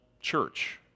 church